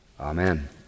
Amen